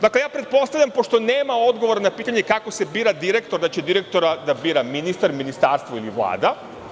Dakle, pretpostavljam, pošto nema odgovora na pitanje kako se bira direktor, da će direktora da bira ministar, ministarstvo ili Vlada.